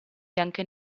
bianco